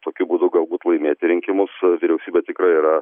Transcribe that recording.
tokiu būdu galbūt laimėti rinkimus vyriausybė tikrai yra